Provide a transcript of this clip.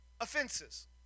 offenses